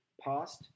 past